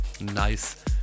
nice